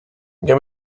nie